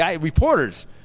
Reporters